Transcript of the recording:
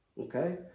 okay